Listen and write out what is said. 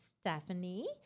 Stephanie